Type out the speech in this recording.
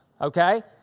okay